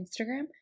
Instagram